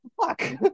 fuck